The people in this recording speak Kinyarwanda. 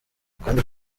akandi